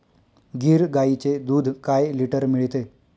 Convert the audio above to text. गीर गाईचे दूध काय लिटर मिळते?